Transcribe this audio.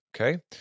Okay